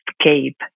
escape